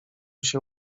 się